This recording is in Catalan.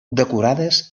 decorades